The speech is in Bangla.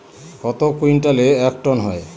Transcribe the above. কত কুইন্টালে এক টন হয়?